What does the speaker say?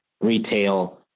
retail